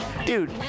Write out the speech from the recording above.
Dude